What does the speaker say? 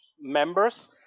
members